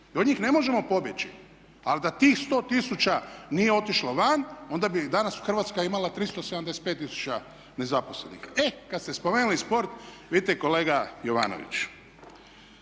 i od njih ne možemo pobjeći. Ali da tih 100 tisuća nije otišlo van onda bi danas Hrvatska imala 375 tisuća nezaposlenih. E, kad ste spomenuli sport vidite kolega Jovanović,